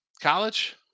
College